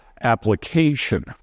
application